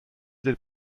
del